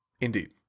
Indeed